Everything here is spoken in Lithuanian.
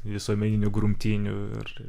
visuomeninių grumtynių ir ir